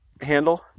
handle